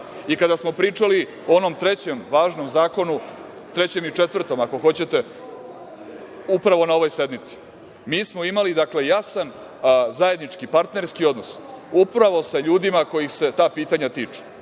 smo pričali o onom trećem važnom zakonu, trećem i četvrtom, ako hoćete, upravo na ovoj sednici, mi smo imali, dakle, jasan zajednički, partnerski odnos upravo sa ljudima kojih se ta pitanja tiču,